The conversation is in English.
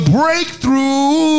breakthrough